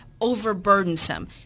overburdensome